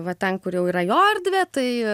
va ten kur jau yra jo erdvė tai